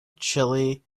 chile